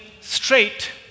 straight